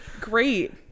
great